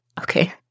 Okay